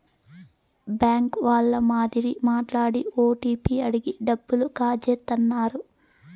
bank వాళ్ళ మాదిరి మాట్లాడి ఓటీపీ అడిగి డబ్బులు కాజేత్తన్నారు